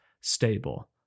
stable